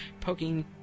poking